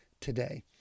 today